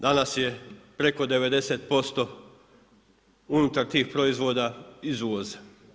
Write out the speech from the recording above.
Danas je preko 90% unutar tih proizvoda iz uvoza.